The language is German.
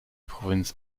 provinz